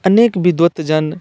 अनेक विद्वद्जन